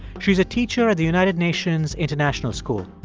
she's a teacher at the united nations international school.